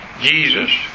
Jesus